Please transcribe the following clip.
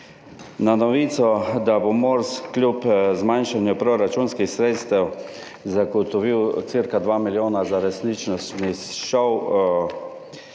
Na novico, da bo Mors kljub zmanjšanju proračunskih sredstev zagotovil cirka 2 milijona za resničnostni šov